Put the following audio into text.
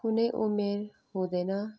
कुनै उमेर हुँदैन